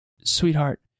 sweetheart